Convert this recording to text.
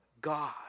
God